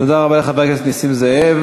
תודה רבה לחבר הכנסת נסים זאב.